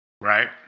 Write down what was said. right